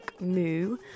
Moo